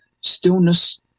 stillness